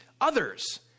others